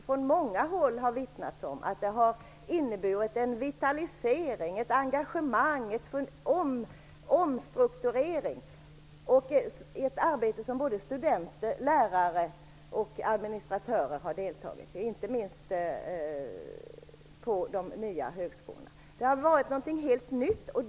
Från många håll har det vittnats om att det har inneburit en vitalisering, ett engagemang, en omstrukturering och ett arbete som såväl studenter som lärare och administratörer har deltagit i, inte minst på de nya högskolorna. Detta har varit någonting helt nytt.